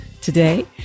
today